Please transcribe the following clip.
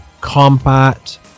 combat